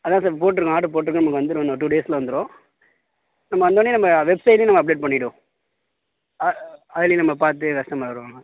அதான் சார் போட்டுருக்கோம் ஆர்டரு போட்டுருக்கோம் நமக்கு வந்துரும் இன்னும் டூ டேஸில் வந்துரும் நம்ம வந்தவொன்னே நம்ம வெப்சைட்டில் நம்ம அப்டேட் பண்ணிவிடுவோம் அதுலையும் நம்ம பார்த்து கஸ்டமர் வருவாங்க